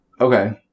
Okay